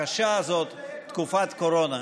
הקשה הזאת, תקופת קורונה.